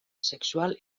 sexual